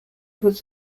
was